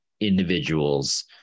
individuals